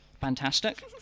Fantastic